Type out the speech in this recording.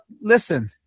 Listen